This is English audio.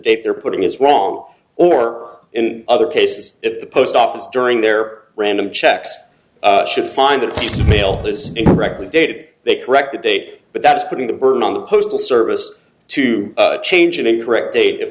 date they're putting is wrong or in other cases if the post office during their random checks should find a piece of mail that is incorrectly dated they correct the date but that is putting the burden on the postal service to change an incorrect date if